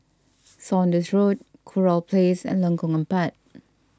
Saunders Road Kurau Place and Lengkong Empat